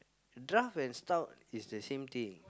draft and stout is the same thing